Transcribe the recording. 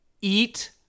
Eat